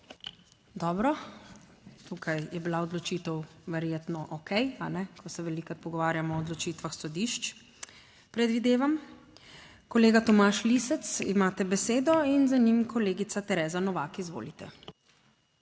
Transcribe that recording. Dobro. Tukaj je bila odločitev verjetno okej, a ne? Ko se velikokrat pogovarjamo o odločitvah sodišč. Predvidevam. Kolega Tomaž Lisec, imate besedo in za njim kolegica Tereza Novak. Izvolite.